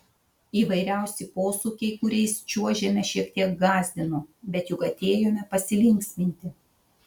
įvairiausi posūkiai kuriais čiuožėme šiek tiek gąsdino bet juk atėjome pasilinksminti